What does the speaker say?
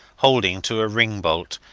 holding to a ring-bolt,